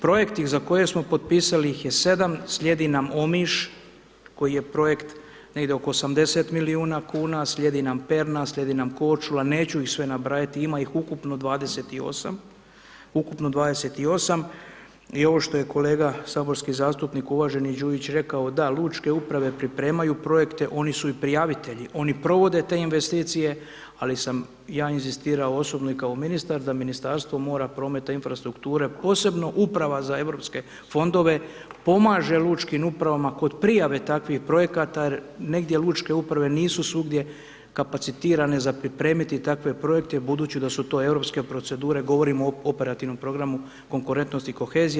Projekti za koje smo potpisali ih je 7, slijedi nam Omiš koji je projekt negdje oko 80 milijuna kuna, slijedi nam Perna, slijedi nam Korčula, neću ih sve nabrajati, ima ih ukupno 28 i ovo što je kolega, saborski zastupnik, uvaženi Đujić rekao, da lučke uprave pripremaju projekte, oni su i prijavitelji, oni provode te investicije ali sam ja inzistirao osobno i kao ministar, da Ministarstvo mora, prometa, infrastrukture, posebno uprava za europske fondove, pomaže lučkim upravama kod prijave takvih projekata, jer negdje lučke uprave nisu svugdje kapacitirane za pripremiti takve projekte, budući da su to europske procedure, govorimo o operativnom programu konkurentnosti i kohezije.